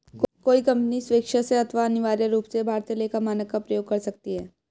कोई कंपनी स्वेक्षा से अथवा अनिवार्य रूप से भारतीय लेखा मानक का प्रयोग कर सकती है